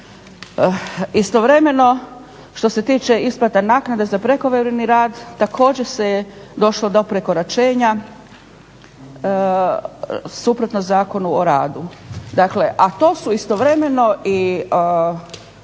Istovremeno što se tiče isplate naknade za prekovremeni rad također se je došlo do prekoračenja suprotno Zakonu o radu,